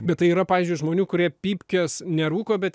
bet tai yra pavyzdžiui žmonių kurie pypkės nerūko bet